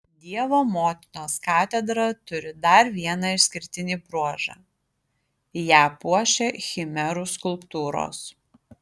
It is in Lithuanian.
dievo motinos katedra turi dar vieną išskirtinį bruožą ją puošia chimerų skulptūros